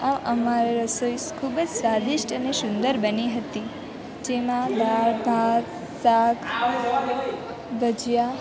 આમ અમારી રસોઈ ખૂબ જ સ્વાદિષ્ટ અને સુંદર બની હતી જેમાં દાળ ભાત શાક ભજીયા